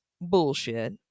bullshit